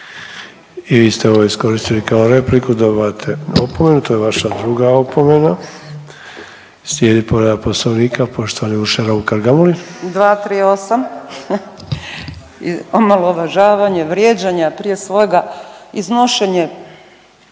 I vi ste ovo iskoristili kao repliku, dobivate opomenu. To je vaša druga opomena. Slijedi povreda Poslovnika poštovane Urše Raukar Gamulin. **Raukar-Gamulin, Urša (Možemo!)** 238., omalovažavanje vrijeđanja prije svega iznošenje